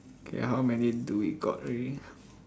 okay how many do we got already